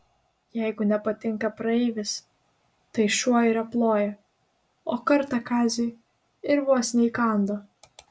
jeigu nepatinka praeivis tai šuo ir aploja o kartą kaziui ir vos neįkando